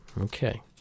Okay